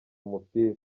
umupira